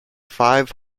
five